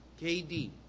KD